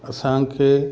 असांखे